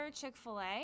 Chick-fil-A